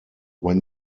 when